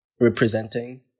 representing